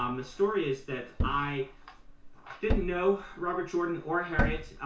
um the story is that i didn't know robert jordan or harriet.